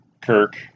Kirk